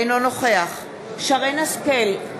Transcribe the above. אינו נוכח שרן השכל,